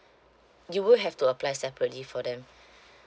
you will have to apply separately for them